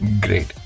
Great